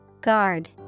Guard